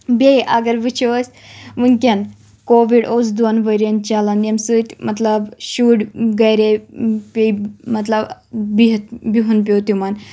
بیٚیہِ اَگر وٕچھو أسۍ وٕنٛکؠن کووِڈ اوس دۄن ؤرۍ یَن چلان ییٚمہِ سٟتۍ مطلَب شُرۍ گَرے پیٚیہِ مطلَب بِہِتھ بِہُن پیو تِمَن